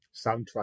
soundtrack